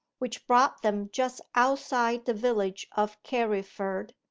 which brought them just outside the village of carriford,